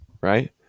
right